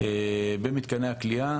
במתקני הכליאה,